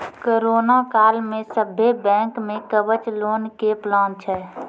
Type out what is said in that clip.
corona काल मे सभ्भे बैंक मे कवच लोन के प्लान छै